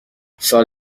سال